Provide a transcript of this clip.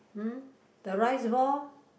hmm the rice ball